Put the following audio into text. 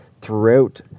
throughout